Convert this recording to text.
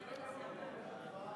שמונה מתנגדים